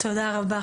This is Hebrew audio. תודה רבה.